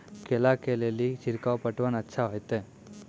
केला के ले ली छिड़काव पटवन अच्छा होते?